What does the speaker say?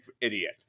idiot